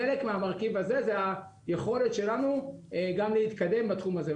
חלק מהמרכיב הזה זה היכולת שלנו גם להתקדם בתחום הזה.